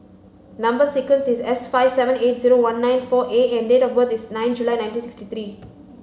number sequence is S five seven eight zero one nine four A and date of birth is nine July nineteen sixty three